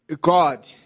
God